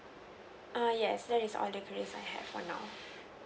err yes that is all the queries I have for now